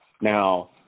Now